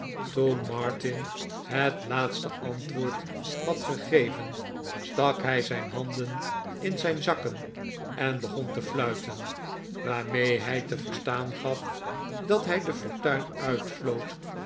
toen martin het laatste antwoord had gegeven stak hij zijn handen in zijn zakken en begon te iluiten waarmee hij te verstaan gaf dat hij de fortuin uitfloot